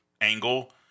angle –